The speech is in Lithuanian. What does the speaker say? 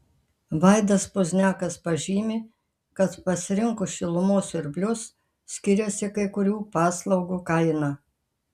vaidas pozniakas pažymi kad pasirinkus šilumos siurblius skiriasi kai kurių paslaugų kaina